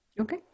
Okay